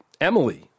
Emily